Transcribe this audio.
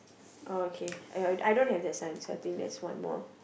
oh okay I I don't have that sign so I think that's one more